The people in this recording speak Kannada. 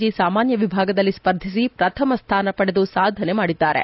ಜಿ ಸಾಮಾನ್ಸರ ವಿಭಾಗದಲ್ಲಿ ಸ್ಪರ್ಧಿಸಿ ಪ್ರಥಮ ಸ್ಥಾನ ಪಡೆದು ಸಾಧನೆ ಮಾಡಿದ್ದಾರೆ